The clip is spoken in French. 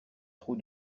trou